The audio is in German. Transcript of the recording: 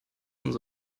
schon